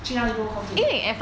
去哪里都靠近